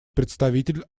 представитель